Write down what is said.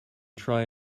try